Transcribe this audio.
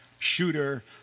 shooter